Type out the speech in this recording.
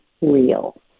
real